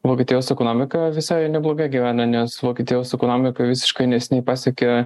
vokietijos ekonomika visai neblogai gyvena nes vokietijos ekonomika visiškai neseniai pasiekė